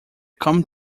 come